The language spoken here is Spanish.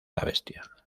bestia